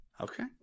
Okay